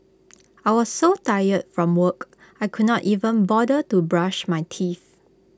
I was so tired from work I could not even bother to brush my teeth